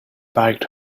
biked